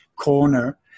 corner